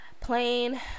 Plain